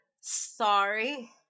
sorry